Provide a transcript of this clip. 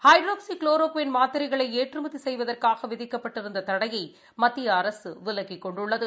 ஹைட்ராசிக் chloroquine மாத்திரைகளை ஏற்றுமதி செய்வதற்காக விதிக்கப்பட்டிருந்த தடையை மத்திய அரசு விலக்கிக் கொண்டுள்ளது